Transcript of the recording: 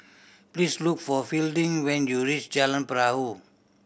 please look for Fielding when you reach Jalan Perahu